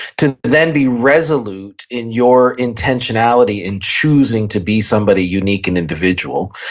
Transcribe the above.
to then be resolute in your intentionality in choosing to be somebody unique and individual.